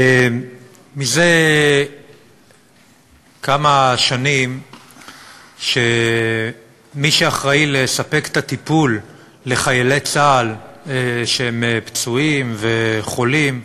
זה כמה שנים מי שאחראי לספק את הטיפול בחיילי צה"ל שהם פצועים וחולים,